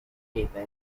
paper